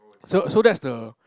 so so that's the